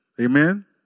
Amen